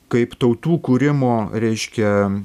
kaip tautų kūrimo reiškia